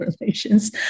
relations